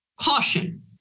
caution